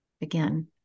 Again